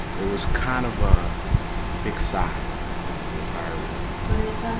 it was kind of a big sigh in the entire room what did so